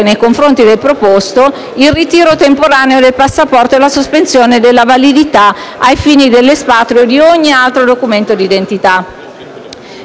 nei confronti del proposto il ritiro temporaneo del passaporto e la sospensione della validità ai fini dell'espatrio di ogni altro documento di identità.